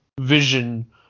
vision